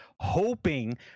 hoping